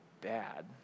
bad